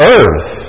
earth